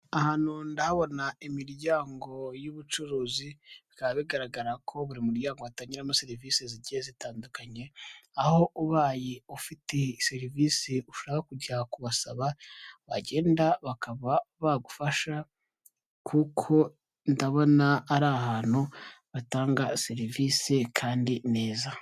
Ahantu ndahabona imiryango y'ubucuruzi bikaba bigaragara ko buri muryango watangiramo serivisi zigiye zitandukanye, aho ubaye ufite serivisi ushaka kujya kubasaba, wagenda bakaba bagufasha, kuko ndabona ari ahantu batanga serivisi kandi neza.